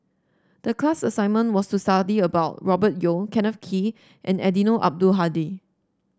the class assignment was to study about Robert Yeo Kenneth Kee and Eddino Abdul Hadi